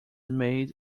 made